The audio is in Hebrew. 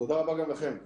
תודה רבה גם לכם.